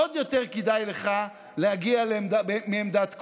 עוד יותר כדאי לך להגיע מעמדת כוח.